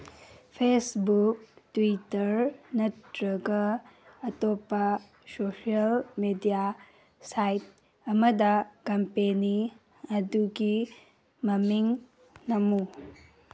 Facebook Twitter ꯅꯠꯇ꯭ꯔꯒ ꯑꯇꯣꯞꯄ social media site ꯑꯃꯗ ꯀꯝꯄꯦꯅꯤ ꯑꯗꯨꯒꯤ ꯃꯃꯤꯡ ꯅꯝꯃꯨ